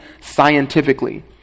scientifically